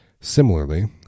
Similarly